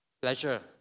pleasure